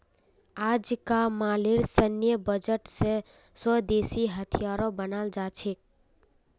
अजकामलेर सैन्य बजट स स्वदेशी हथियारो बनाल जा छेक